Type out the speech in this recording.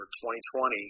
2020